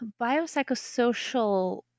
biopsychosocial